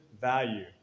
value